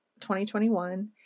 2021